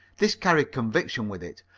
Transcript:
this carried conviction with it.